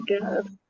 God